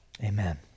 Amen